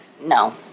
no